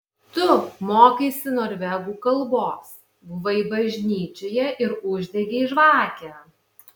tu mokaisi norvegų kalbos buvai bažnyčioje ir uždegei žvakę